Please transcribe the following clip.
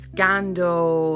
Scandal